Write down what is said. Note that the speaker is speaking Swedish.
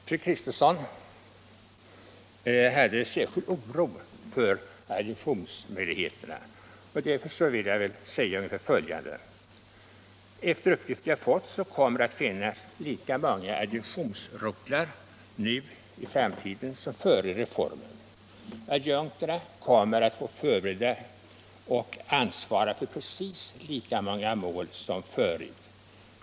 Fru Kristensson hyste särskild oro för adjunktionsmöjligheterna, och därför vill jag säga följande. Enligt de uppgifter jag har fått kommer det att finnas lika många adjunktionsrotlar i framtiden som före reformen. Adjunkterna kommer att förbereda och ansvara för precis lika många mål som förut.